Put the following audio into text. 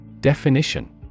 Definition